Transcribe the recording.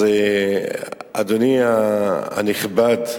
אז אדוני הנכבד,